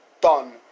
done